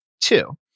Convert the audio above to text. Two